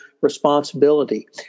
responsibility